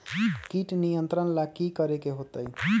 किट नियंत्रण ला कि करे के होतइ?